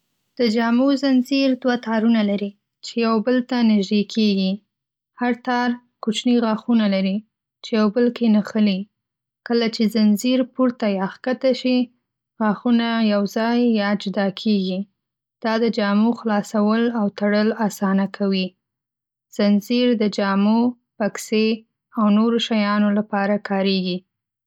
د جامو زنځير دوه تارونه لري چې یو بل ته نژدې کېږي. هر تار کوچني غاښونه لري چې یو بل کې نښلي. کله چې زنځير پورته یا ښکته شي، غاښونه یو ځای یا جدا کېږي. دا د جامو خلاصول او تړل آسانه کوي. زنځير د جامو، بکسې او نورو شیانو لپاره کارېږي.